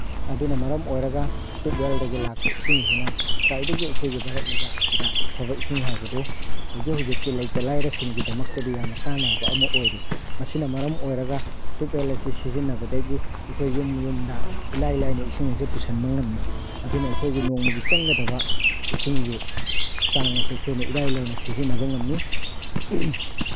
ꯑꯗꯨꯅ ꯃꯔꯝ ꯑꯣꯏꯔꯒ ꯇ꯭ꯌꯨꯞ ꯋꯦꯜꯗꯒꯤ ꯂꯥꯛꯄ ꯏꯁꯤꯡꯁꯤꯅ ꯈ꯭ꯋꯥꯏꯗꯒꯤ ꯑꯩꯈꯣꯏꯒꯤ ꯚꯥꯔꯠ ꯂꯩꯕꯥꯛ ꯑꯁꯤꯗ ꯑꯐꯕ ꯏꯁꯤꯡ ꯍꯥꯏꯕꯗꯨ ꯍꯧꯖꯤꯛ ꯍꯧꯖꯤꯛꯀꯤ ꯂꯩꯇ ꯂꯥꯏꯔꯁꯤꯡꯒꯤꯗꯃꯛꯇꯗꯤ ꯌꯥꯝꯅ ꯀꯥꯅꯔꯕ ꯑꯃ ꯑꯣꯏꯔꯤ ꯃꯁꯤꯅ ꯃꯔꯝ ꯑꯣꯏꯔꯒ ꯇ꯭ꯌꯨꯞ ꯋꯦꯜ ꯑꯁꯤ ꯁꯤꯖꯤꯟꯅꯕꯗꯒꯤ ꯑꯩꯈꯣꯏ ꯌꯨꯝ ꯌꯨꯝꯗ ꯏꯂꯥꯏ ꯂꯥꯏꯅ ꯏꯁꯤꯡ ꯑꯁꯦ ꯄꯨꯁꯟꯕ ꯉꯝꯃꯤ ꯑꯗꯨꯅ ꯑꯩꯈꯣꯏꯒꯤ ꯅꯣꯡꯃꯒꯤ ꯆꯪꯒꯗꯕ ꯏꯁꯤꯡꯒꯤ ꯆꯥꯡ ꯑꯁꯤ ꯑꯩꯈꯣꯏꯅ ꯏꯂꯥꯏ ꯂꯥꯏꯅ ꯁꯤꯖꯤꯟꯅꯕ ꯉꯝꯃꯤ